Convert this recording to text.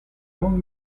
langue